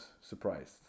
surprised